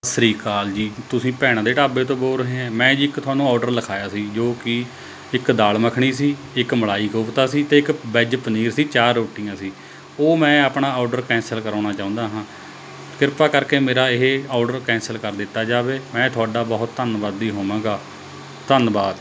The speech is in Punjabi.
ਸਤਿ ਸ਼੍ਰੀ ਅਕਾਲ ਜੀ ਤੁਸੀਂ ਭੈਣਾਂ ਦੇ ਢਾਬੇ ਤੋਂ ਬੋਲ ਰਹੇ ਹਾਂ ਮੈਂ ਜੀ ਇੱਕ ਤੁਹਾਨੂੰ ਆਰਡਰ ਲਿਖਾਇਆ ਸੀ ਜੋ ਕਿ ਇੱਕ ਦਾਲ ਮੱਖਣੀ ਸੀ ਇੱਕ ਮਲਾਈ ਕੋਫਤਾ ਸੀ ਅਤੇ ਇੱਕ ਵੈੱਜ਼ ਪਨੀਰ ਸੀ ਚਾਰ ਰੋਟੀਆਂ ਸੀ ਉਹ ਮੈਂ ਆਪਣਾ ਔਰਡਰ ਕੈਂਸਲ ਕਰਾਉਣਾ ਚਾਹੁੰਦਾ ਹਾਂ ਕਿਰਪਾ ਕਰਕੇ ਮੇਰਾ ਇਹ ਔਰਡਰ ਕੈਂਸਲ ਕਰ ਦਿੱਤਾ ਜਾਵੇ ਮੈਂ ਤੁਹਾਡਾ ਬਹੁਤ ਧੰਨਵਾਦੀ ਹੋਵਾਂਗਾ ਧੰਨਵਾਦ